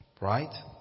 Right